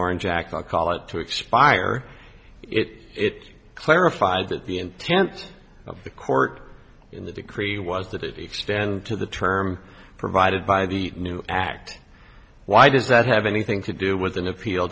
orange act not call it to expire it it's clarified that the intent the court in the decree was that it extended to the term provided by the new act why does that have anything to do with an appeal